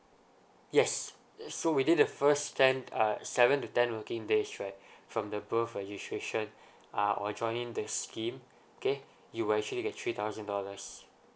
yes so within the first ten uh seven to ten working days right from the birth registration uh or joining the scheme okay you will actually get three thousand dollars